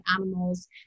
animals